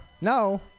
No